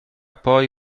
poi